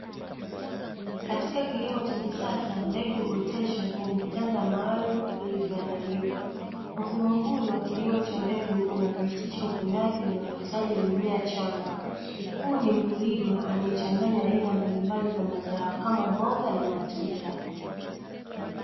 Katika kilimo cha kisasa mbegu huoteshwa kwenye vichanja maalumu vilivyoandaliwa, mfumo huu ni wa kilimo cha mbegu unarahisisha upandaji na utunzaji wa mimea changa, huyu ni mkulima anayechanganya aina mbalimbali za mazao kama mboga na matunda.